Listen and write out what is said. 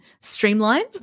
streamlined